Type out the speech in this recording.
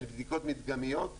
הן בדיקות מדגמיות,